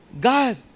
God